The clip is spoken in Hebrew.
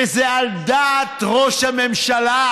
וזה על דעת ראש הממשלה.